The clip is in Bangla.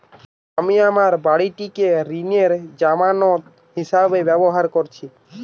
আমি আমার বাড়িটিকে ঋণের জামানত হিসাবে ব্যবহার করেছি